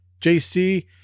JC